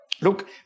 Look